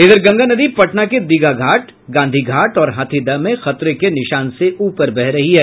इधर गंगा नदी पटना के दीघा घाट गांधी घाट और हाथीदह में खतरे के निशान से ऊपर बह रही है